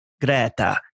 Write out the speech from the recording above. Greta